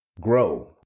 grow